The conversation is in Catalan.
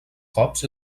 cops